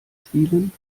spielen